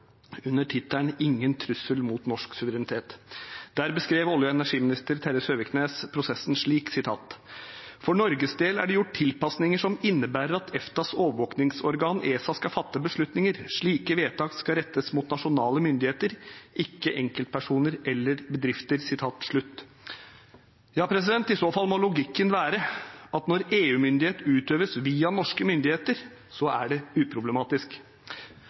under tittelen «Ingen trussel mot norsk suverenitet». Der beskrev olje- og energiminister Terje Søviknes prosessen slik: «For Norges del er det gjort tilpasninger som innebærer at EFTAs overvåkningsorgan skal fatte beslutninger. Slike vedtak skal rettes mot nasjonale myndigheter, ikke enkeltpersoner eller bedrifter.» Ja, i så fall må logikken være at når EU-myndighet utøves via norske myndigheter, er det uproblematisk.